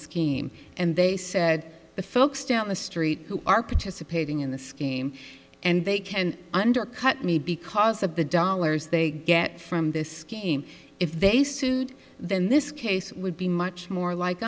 scheme and they said the folks down the street who are participating in the scheme and they can undercut me because of the dollars they get from this game if they sued then this case would be much more like